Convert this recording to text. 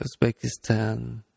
Uzbekistan